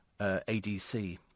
ADC